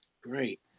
Great